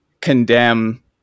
condemn